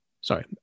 Sorry